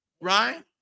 Right